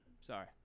Sorry